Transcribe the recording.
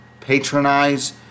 patronize